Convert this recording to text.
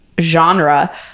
genre